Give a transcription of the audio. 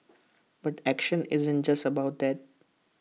but action isn't just about that